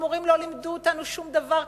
המורים לא לימדו אותנו שום דבר.